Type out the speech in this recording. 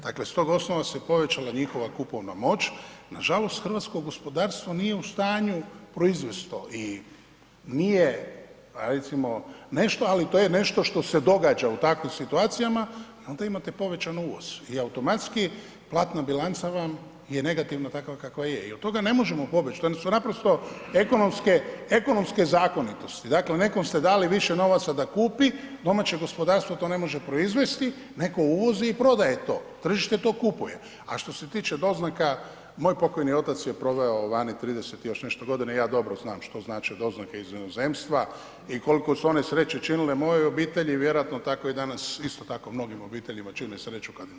Dakle, s tog osnova se povećala njihova kupovna moć, nažalost hrvatsko gospodarstvo nije u stanju proizvest to i nije recimo nešto, ali to je nešto što se događa u takvim situacija i onda imate povećan uvoz i automatski platna bilanca vam je negativna, takva kakva je i od toga ne možemo pobjeć, to su naprosto ekonomske, ekonomske zakonitosti, dakle nekom ste dali više novaca da kupi, domaće gospodarstvo to ne može proizvesti, netko uvozi i prodaje to, tržište to kupuje, a što se tiče doznaka, moj pokojni otac je proveo vani 30 i još nešto godina i ja dobro znam što znače doznake iz inozemstva i kolko su one sreće činile mojoj obitelji, vjerojatno tako i danas isto tako mnogim obiteljima čine sreću kad im dođu.